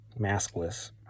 maskless